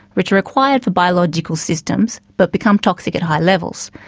which are required for biological systems but become toxic at high levels.